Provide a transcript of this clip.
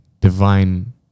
divine